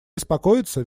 беспокоиться